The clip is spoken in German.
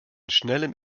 schnellem